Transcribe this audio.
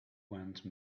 once